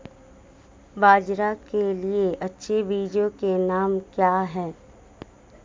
बाजरा के लिए अच्छे बीजों के नाम क्या हैं?